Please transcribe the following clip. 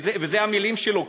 אלה המילים שלו.